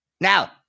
Now